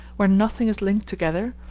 where nothing is linked together,